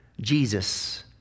Jesus